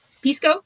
Pisco